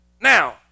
Now